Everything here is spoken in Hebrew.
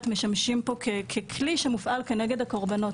משמשים פה ככלי שמופעל כנגד הקורבנות,